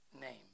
name